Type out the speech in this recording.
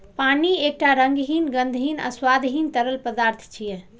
पानि एकटा रंगहीन, गंधहीन आ स्वादहीन तरल पदार्थ छियै